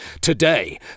Today